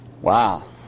Wow